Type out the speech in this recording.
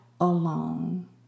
alone